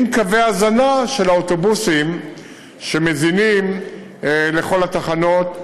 עם קווי ההזנה של האוטובוסים שמזינים לכל התחנות,